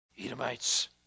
Edomites